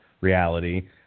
reality